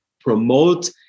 promote